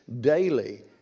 daily